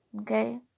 Okay